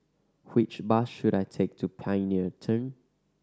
which bus should I take to Pioneer Turn